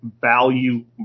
value